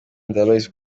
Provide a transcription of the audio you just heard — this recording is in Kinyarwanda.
aloys